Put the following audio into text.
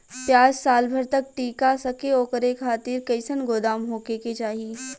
प्याज साल भर तक टीका सके ओकरे खातीर कइसन गोदाम होके के चाही?